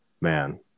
man